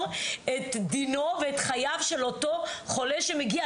את דינו ואת חייו של אותו חולה שמגיע.